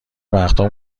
وقتها